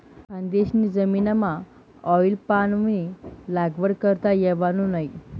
खानदेशनी जमीनमाऑईल पामनी लागवड करता येवावू नै